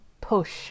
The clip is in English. push